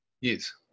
Yes